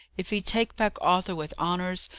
if he'd take back arthur with honours,